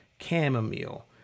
chamomile